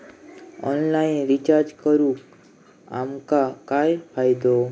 Online recharge करून आमका काय फायदो?